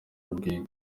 rwiga